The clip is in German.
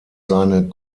seine